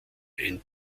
ein